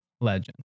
legend